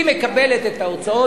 היא מקבלת את ההוצאות,